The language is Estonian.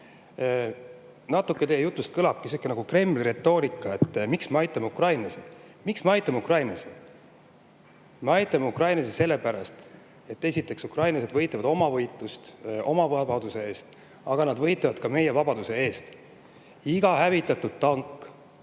Natuke teie jutust kõlabki nagu Kremli retoorika, et miks me aitame ukrainlasi. Miks me aitame ukrainlasi? Me aitame ukrainlasi sellepärast, et esiteks, ukrainlased võitlevad oma võitlust oma vabaduse eest, aga nad võitlevad ka meie vabaduse eest. Iga hävitatud tanki